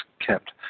kept